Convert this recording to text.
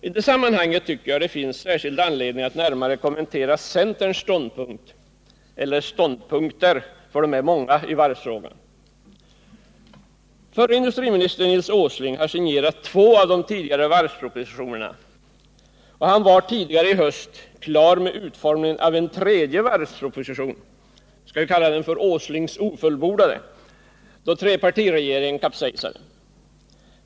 I detta sammanhang tycker jag det finns särskild anledning att närmare kommentera centerns ståndpunkt — eller rättare sagt ståndpunkter, för de är många —i varvsfrågan. Förre industriministern Nils Åsling har signerat två av de tidigare varvspropositionerna, och han var tidigare i höst klar med utformningen av en tredje varvsproposition — låt oss kalla den ”Åslings ofullbordade” — då trepartiregeringen kapsejsade.